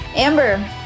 Amber